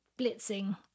blitzing